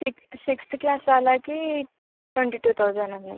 sixth sixth class వాళ్ళకి twenty two thousand ఉన్నాయి